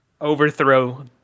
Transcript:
overthrow